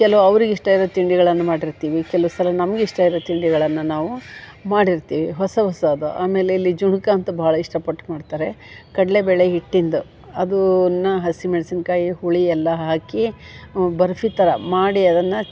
ಕೆಲವು ಅವ್ರಿಗೆ ಇಷ್ಟ ಇರೋದ್ ತಿಂಡಿಗಳನ್ನು ಮಾಡಿರ್ತೀವಿ ಕೆಲವು ಸಲ ನಮ್ಗೆ ಇಷ್ಟ ಇರೋ ತಿಂಡಿಗಳನ್ನು ನಾವು ಮಾಡಿರ್ತೀವಿ ಹೊಸ ಹೊಸದು ಆಮೇಲೆ ಇಲ್ಲಿ ಜುಣುಕ ಅಂತ ಭಾಳ ಇಷ್ಟಪಟ್ಟು ಮಾಡ್ತಾರೆ ಕಡಲೆಬೇಳೆ ಹಿಟ್ಟಿಂದು ಅದನ್ನು ಹಸಿಮೆಣ್ಸಿನ್ಕಾಯಿ ಹುಳಿ ಎಲ್ಲ ಹಾಕಿ ಬರ್ಫಿ ಥರ ಮಾಡಿ ಅದನ್ನು